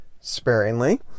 sparingly